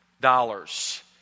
dollars